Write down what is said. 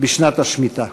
בשנת השמיטה.